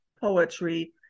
poetry